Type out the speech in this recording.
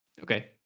Okay